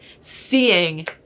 seeing